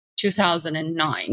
2009